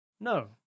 no